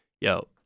yo